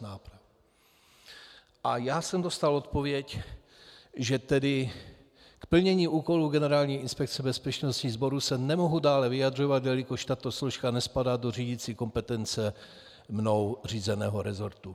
A já jsem dostal odpověď, že tedy k plnění úkolů Generální inspekce bezpečnostních sborů se nemohu dále vyjadřovat, jelikož tato složka nespadá do řídicí kompetence mnou řízeného resortu.